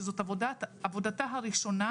שזאת עבודתה הראשונה,